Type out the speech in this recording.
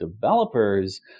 developers